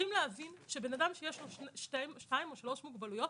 צריכים להבין שאדם שיש לו שתיים או שלוש מוגבלויות,